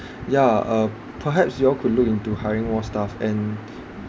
ya uh perhaps you all could look into hiring more staff and